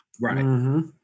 Right